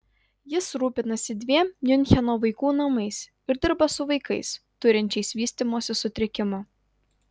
jis rūpinasi dviem miuncheno vaikų namais ir dirba su vaikais turinčiais vystymosi sutrikimų